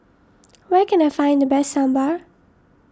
where can I find the best Sambar